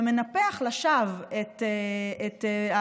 והוא מנפח לשווא את ההטמנה,